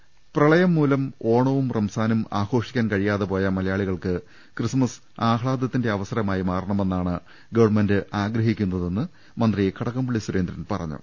രുമ്പ്പെട്ടിര പ്രളയംമൂലം ഓണവും റംസാനും ആഘോഷിക്കാൻ കഴിയാതെപോയ മലയാളികൾക്ക് ക്രിസ്മസ് ആഹ്ലാദത്തിന്റെ അവസരമായി മാറണമെന്നാണ് ഗവൺമെന്റ് ആഗ്രഹിക്കുന്നതെന്ന് മന്ത്രി കടകംപള്ളി സുരേന്ദ്രൻ പറഞ്ഞു